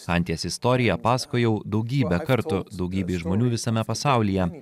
anties istoriją pasakojau daugybę kartų daugybei žmonių visame pasaulyje